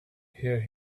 hear